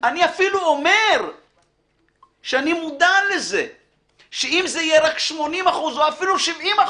אני אפילו אומר שאני מודע לזה שאם זה יהיה רק 80% או אפילו 70%,